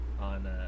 on